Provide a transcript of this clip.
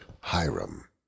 Hiram